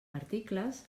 articles